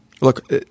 Look